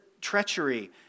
treachery